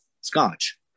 scotch